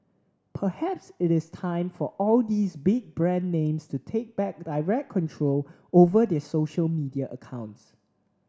perhaps it is time for all these big brand names to take back direct control over their social media accounts